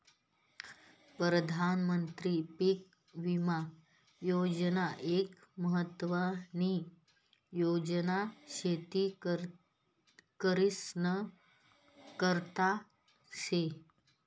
प्रधानमंत्री पीक विमा योजना एक महत्वानी योजना शेतकरीस्ना करता शे